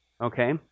Okay